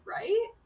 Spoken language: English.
Right